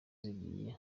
zigiye